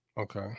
Okay